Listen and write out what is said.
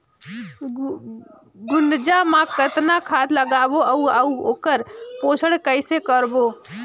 गुनजा मा कतना खाद लगाबो अउ आऊ ओकर पोषण कइसे करबो?